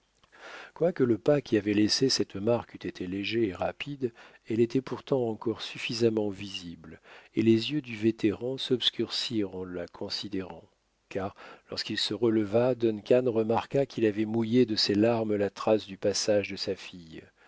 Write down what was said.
quoique le pas qui avait laissé cette marque eût été léger et rapide elle était pourtant encore suffisamment visible et les yeux du vétéran s'obscurcirent en la considérant car lorsqu'il se releva duncan remarqua qu'il avait mouillé de ses larmes la trace du passage de sa fille